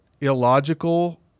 illogical